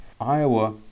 Iowa